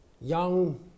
young